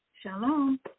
Shalom